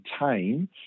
maintain